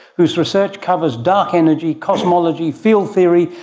whose research covers dark energy, cosmology, field theory,